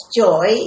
joy